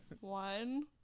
One